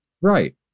right